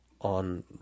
on